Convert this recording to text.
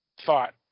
thought